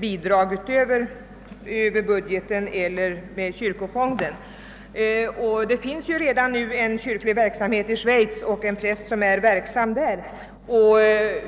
bidrag över budgeten eller kyrkofonden. Det finns ju redan en kyrklig verksamhet i Schweiz genom den präst som är anställd där.